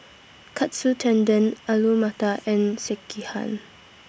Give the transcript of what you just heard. Katsu Tendon Alu Matar and Sekihan